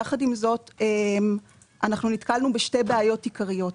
יחד עם זאת, נתקלנו בשתי בעיות עיקריות.